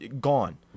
gone